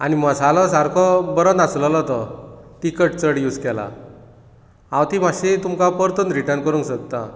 आनी मसालो सारको बरो नासललो तो तिकट चड यूझ केला हांव ती मातशी तुमकां परतून रिटर्न करूंक सोदतां